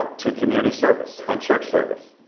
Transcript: ah to community service and church service.